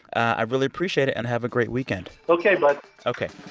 i really appreciate it, and have a great weekend ok like ok